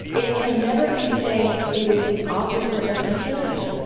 it can never be safe it is the opposite of security.